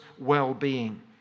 well-being